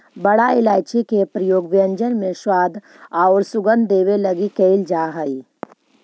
बड़ा इलायची के प्रयोग व्यंजन में स्वाद औउर सुगंध देवे लगी कैइल जा हई